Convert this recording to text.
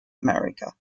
america